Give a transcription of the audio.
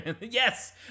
Yes